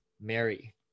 Mary